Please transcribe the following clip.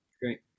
Great